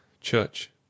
Church